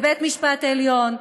בבית-המשפט העליון,